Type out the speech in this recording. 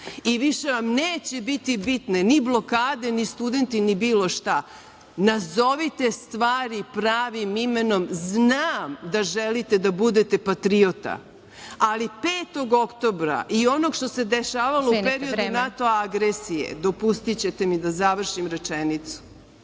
i više vam neće biti bitne ni blokade, ni studenti, ni bilo šta. Nazovite stvari pravim imenom. Znam da želite da budete patriota, ali 5. oktobra i onog što se dešavalo u periodu NATO agresije, dopustićete mi da završim rečenicu,